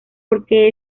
porque